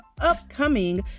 upcoming